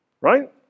Right